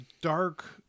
dark